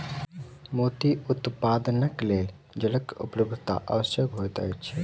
मोती उत्पादनक लेल जलक उपलब्धता आवश्यक होइत छै